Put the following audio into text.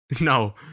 No